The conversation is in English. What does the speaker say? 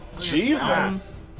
Jesus